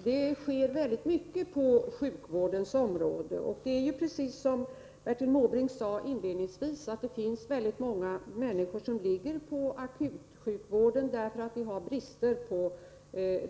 Herr talman! Det sker oerhört mycket på sjukvårdens område. Precis som Bertil Måbrink inledningsvis sade finns det många människor som ligger på akutsjukvården därför att det råder personalbrist iom